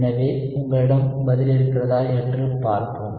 எனவே உங்களிடம் பதில் இருக்கிறதா என்று பார்ப்போம்